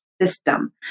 system